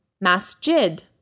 Masjid